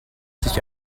sich